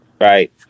right